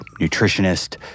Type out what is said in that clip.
nutritionist